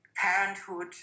Parenthood